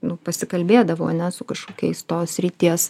nu pasikalbėdavau ane su kažkokiais tos srities